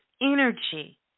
energy